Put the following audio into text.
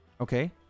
Okay